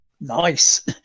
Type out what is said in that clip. Nice